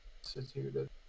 instituted